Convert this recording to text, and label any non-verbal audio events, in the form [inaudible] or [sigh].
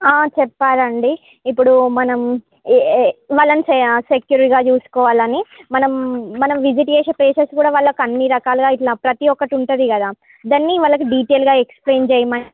చెప్పాలండి ఇప్పుడు మనం ఏ ఏ వాళ్ళని చె సెక్యూర్గా చూసుకోవాలని మనం మనం విజిట్ చేసే ప్లేసెస్ కూడా వాళ్ళకన్నిరకాలుగా ఇట్ల ప్రతి ఒక్కటి ఉంటుంది కదా దాన్ని వాళ్ళకి డీటైల్గా ఎక్స్ప్లెయిన్ చేయమ [unintelligible]